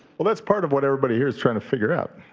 well, that's part of what everybody here is trying to figure out,